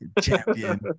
champion